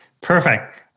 Perfect